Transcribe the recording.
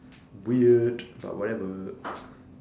weird but whatever